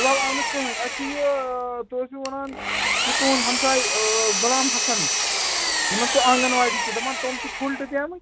فِلحال آو نہٕ کٕہٕنۍ اَتہِ چھُ یہِ تُہۍ اوسو وَنان چھِ تُہُنٛد ہمساے غُلام حسَن یِمَن سُہ آنٛگَن واڑی چھِ دَپان تٕم چھِ فُل ڈُبیامٔتۍ